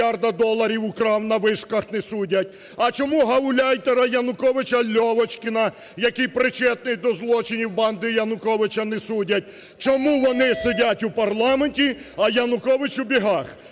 А чому гауляйтера Януковича Льовочкіна, який причетний до злочинів банди Януковича, не судять? Чому вони сидять в парламенті, а Янукович у бігах?